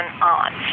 on